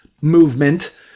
movement